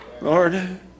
Lord